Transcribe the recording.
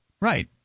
Right